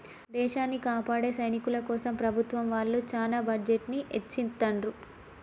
దేశాన్ని కాపాడే సైనికుల కోసం ప్రభుత్వం వాళ్ళు చానా బడ్జెట్ ని ఎచ్చిత్తండ్రు